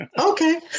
Okay